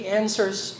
answers